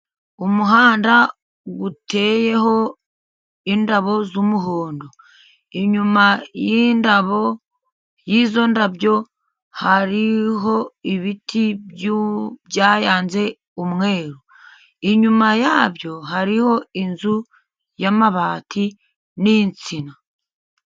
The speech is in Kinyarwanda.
Umuhanda uteyeho indabo z'umuhondo. Inyuma y'indabo, y'izo ndabyo hariho ibiti byuu byayanze umweru, inyuma yabyo hariho inzu y'amabati n'insina.